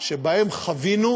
שבהן חווינו